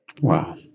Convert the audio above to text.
Wow